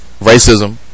racism